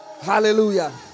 hallelujah